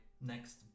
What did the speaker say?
next